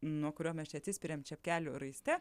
nuo kurio mes čia atsispiriam čepkelių raiste